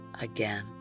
again